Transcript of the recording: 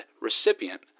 recipient